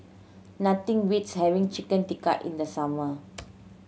nothing beats having Chicken Tikka in the summer